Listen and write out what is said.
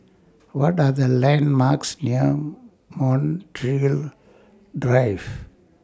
What Are The landmarks near Montreal Drive